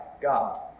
God